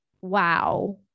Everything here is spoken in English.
wow